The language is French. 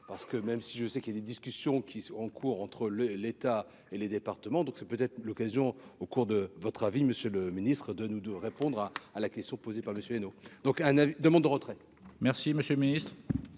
parce que même si je sais qu'il y a des discussions qui sont en cours entre le l'État et les départements, donc ça peut être l'occasion au cours de votre avis, Monsieur le Ministre, de nous de répondre à la question posée par Monsieur Leno donc un avis demande de retrait. Merci, monsieur le Ministre,